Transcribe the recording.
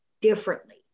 differently